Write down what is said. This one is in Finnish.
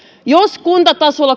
jos kuntatasolla